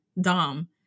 Dom